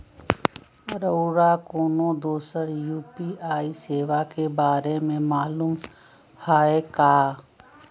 रउरा कोनो दोसर यू.पी.आई सेवा के बारे मे मालुम हए का?